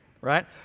right